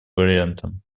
вариантом